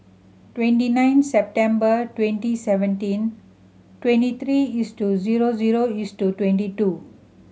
twenty nine September twenty seventeen twenty three zero zero twenty two